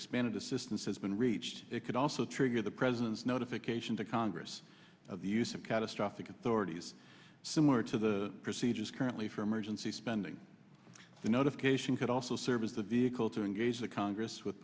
expanded assistance has been reached it could also trigger the president's notification to congress of the use of catastrophic authorities similar to the procedures currently for emergency spending the notification could also serve as the vehicle to engage the congress with